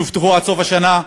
שהובטחו עד סוף השנה,